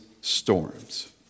storms